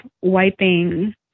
wiping